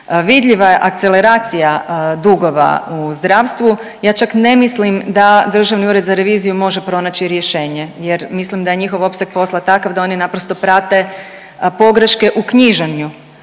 Vidljiva je akceleracija dugova u zdravstvu. Ja čak ne mislim da Državni ured za reviziju može pronaći rješenje jer mislim da je njihov opseg posla takav da oni naprosto prate pogreške u knjiženju,